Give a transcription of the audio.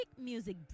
music